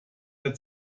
der